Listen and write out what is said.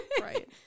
Right